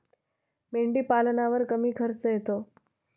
मेंढीपालनावर कमी खर्च येतो